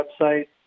website